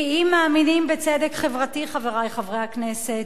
כי אם מאמינים בצדק חברתי, חברי חברי הכנסת,